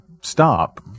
stop